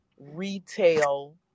retail